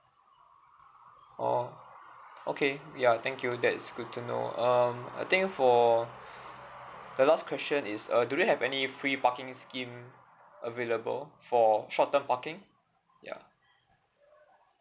orh okay ya thank you that is good to know um I think for the last question is uh do they have any free parking scheme available for short term parking ya